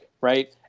right